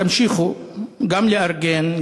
תמשיכו גם לארגן,